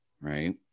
right